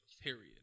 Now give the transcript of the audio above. period